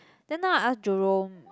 then now I ask Jerome